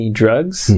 drugs